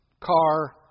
car